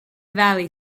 valley